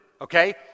okay